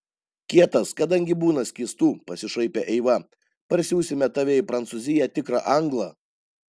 kietas kadangi būna skystų pasišaipė eiva parsiųsime tave į prancūziją tikrą anglą